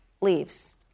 leaves